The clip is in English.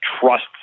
trust